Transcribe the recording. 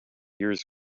years